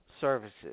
services